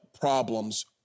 problems